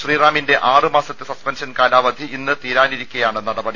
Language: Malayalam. ശ്രീറാമിന്റെ ആറ് മാസത്തെ സസ്പെൻഷൻ കാലാവധി ഇന്ന് തീരാനിരിക്കെയാണ് നടപടി